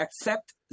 accept